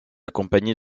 accompagnés